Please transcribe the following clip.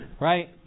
Right